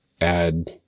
add